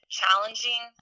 challenging